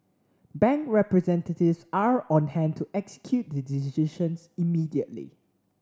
bank representatives are on hand to execute the decisions immediately